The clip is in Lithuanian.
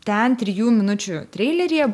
ten trijų minučių treileryje